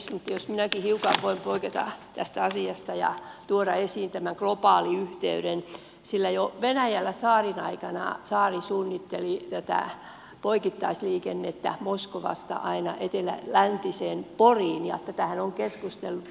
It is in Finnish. nyt jos minäkin hiukan voin poiketa tästä asiasta ja tuoda esiin tämän globaaliyhteyden sillä jo venäjällä tsaarin aikana tsaari suunnitteli tätä poikittaisliikennettä moskovasta aina läntiseen poriin ja tästähän on keskusteltu